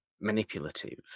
manipulative